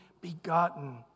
begotten